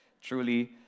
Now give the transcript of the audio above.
Truly